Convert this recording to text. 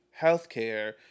healthcare